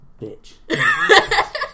bitch